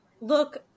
look